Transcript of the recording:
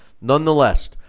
nonetheless